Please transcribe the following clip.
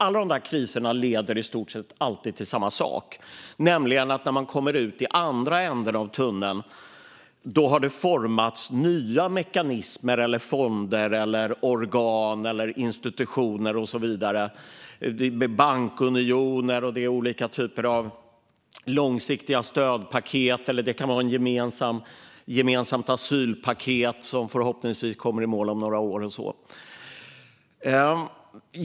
Alla de där kriserna leder i stort sett alltid till samma sak, nämligen att när man kommer ut i andra änden av tunneln har det formats nya mekanismer, fonder, organ, institutioner och så vidare. Det är bankunioner och olika typer av långsiktiga stödpaket. Det kan vara ett gemensamt asylpaket, som förhoppningsvis kommer i mål om några år.